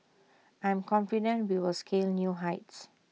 I'm confident we will scale new heights